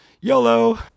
YOLO